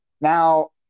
now